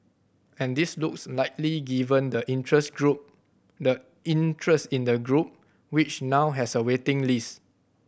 and this looks likely given the interest group the interest in the group which now has a waiting list